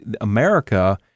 America